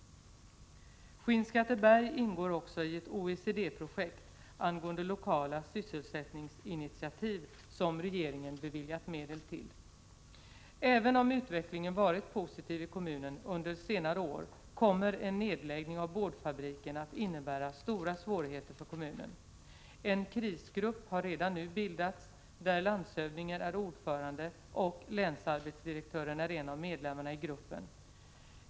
Skinnskatteberg ingår också i ett OECD-projekt angående lokala sysselsättningsinitiativ som regeringen beviljat medel till. Även om utvecklingen varit positiv i kommunen under senare år kommer en nedläggning av boardfabriken att innebära stora svårigheter för kommunen. En krisgrupp har redan nu bildats, där landshövdingen är ordförande och länsarbetsdirektören är en av medlemmarna i gruppen.